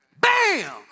Bam